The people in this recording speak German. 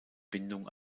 bindung